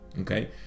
okay